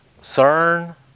CERN